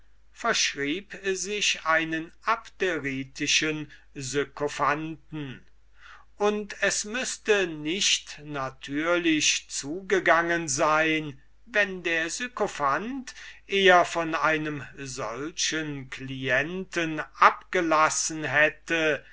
verschrieb sich einen abderitischen sykophanten und es müßte nicht natürlich zugegangen sein wenn der sykophant eher von einem solchen clienten abgelassen hätte